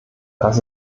das